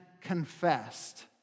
confessed